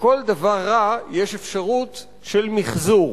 לכל דבר רע יש אפשרות של מיחזור.